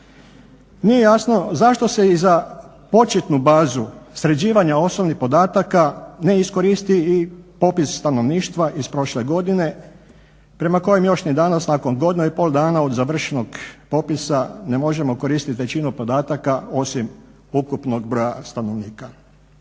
Nije jasno zašto se i za početnu bazu sređivanja osobnih podataka ne iskoristi i popis stanovništva iz prošle godine prema kojem još ni danas nakon godinu i pol dana od završenog popisa ne možemo koristiti većinu podataka osim ukupnog broja stanovnika.